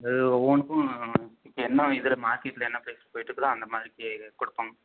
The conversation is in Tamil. அது ஒவ்வொன்றுக்கும் என்ன இதில் மார்க்கெட்டில் என்ன ப்ரைஸ் போய்கிட்ருக்குதோ அந்த மாதிரிக்கு கொடுப்போங்க